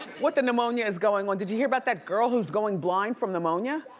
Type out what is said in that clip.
what the pneumonia is going on? did you hear about that girl who's going blind from pneumonia?